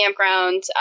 campgrounds